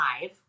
five